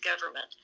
government